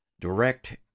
direct